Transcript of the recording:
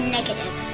Negative